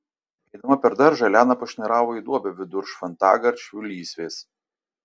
eidama per daržą elena pašnairavo į duobę vidur šventagaršvių lysvės